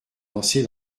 lancer